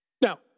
Now